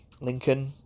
Lincoln